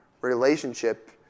relationship